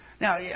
Now